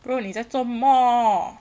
bro 你在做么